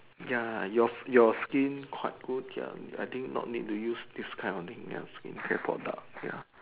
ya your your skin quite good ya I think not need use this kind of thing ya skincare product ya